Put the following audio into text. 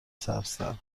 سبزتر